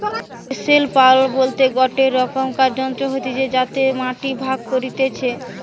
chisel plough বলতে গটে রকমকার যন্ত্র হতিছে যাতে মাটি ভাগ করতিছে